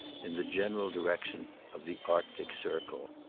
in the general direction of the arctic circle.